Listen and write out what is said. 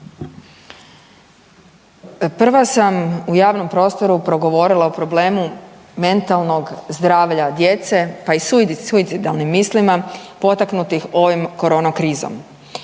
Prva sam u javnom prostoru progovorila o problemu mentalnog zdravlja djece, pa i suicidalnim mislima potaknutih ovom korona krizom.